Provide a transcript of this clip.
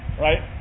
Right